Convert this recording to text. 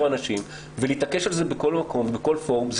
אנשים ולהתעקש על זה בכל מקום ובכל פורום.